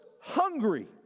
hungry